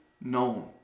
known